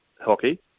hockey